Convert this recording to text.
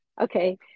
Okay